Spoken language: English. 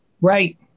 right